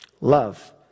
Love